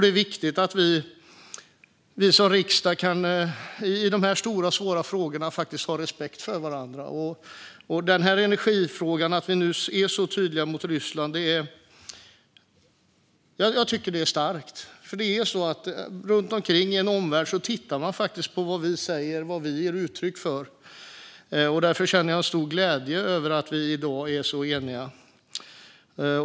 Det är viktigt att vi i riksdagen kan ha respekt för varandra i dessa stora, svåra frågor, och att vi nu är så tydliga mot Ryssland är starkt. Omvärlden hör ju vad vi säger, och därför känner jag en stor glädje över att vi i dag är så eniga.